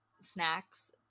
snacks